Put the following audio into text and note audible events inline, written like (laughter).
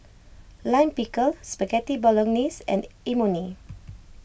Lime Pickle Spaghetti Bolognese and Imoni (noise)